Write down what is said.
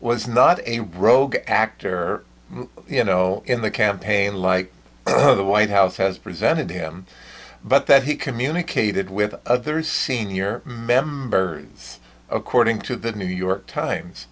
was not a rogue actor you know in the campaign like the white house has presented to him but that he communicated with other senior member according to the new york times